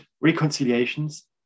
reconciliations